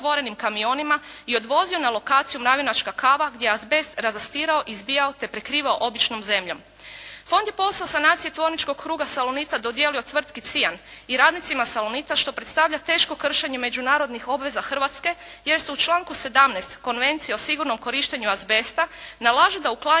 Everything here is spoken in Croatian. i odvozio na lokaciju "Mravinačka kava" gdje je azbest razastirao, izbija te prekrivao običnom zemljom. Fond je posao sanacije tvorničkog kruga "Salonit" dodijelio tvrtki Cijan i radnicima "Salonit" što predstavlja teško kršenje međunarodnih obveza Hrvatske jer se u članku 17. Konvencije o sigurnom korištenju azbesta nalaže da uklanjanje